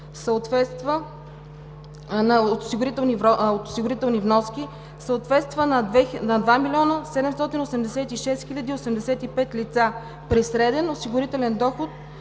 съответства на 2 милиона 786 хиляди и 85 лица при среден осигурителен доход